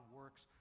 works